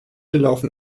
laufen